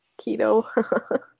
Keto